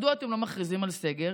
מדוע אתם לא מכריזים על סגר?